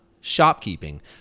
shopkeeping